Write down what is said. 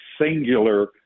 singular